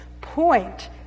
point